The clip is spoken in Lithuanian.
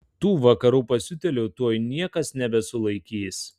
tų vakarų pasiutėlių tuoj niekas nebesulaikys